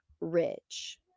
rich